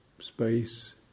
space